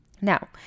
Now